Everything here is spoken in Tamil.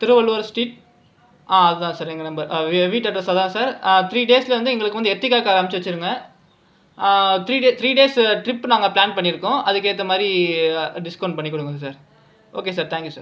திருவள்ளுவர் ஸ்ட்ரீட் ஆ அதுதான் சார் எங்கள் நம்பர் ஆ வீ வீட்டு அட்ரஸா சார் ஆ த்ரீ டேஸில் வந்து எங்களுக்கு வந்து எத்திக்கா காமிச்சு வச்சுருங்க ஆ three day three days trip நாங்க பிளான் பண்ணி இருக்கோம் அதுக்கு ஏற்ற மாதிரி டிஸ்கவுண்ட் பண்ணி கொடுங்க sir okay sir thank you sir